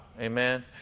Amen